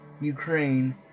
Ukraine